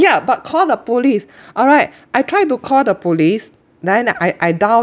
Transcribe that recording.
ya but call the police alright I tried to call the police then I I dial